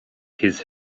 his